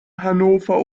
hannover